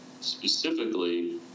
specifically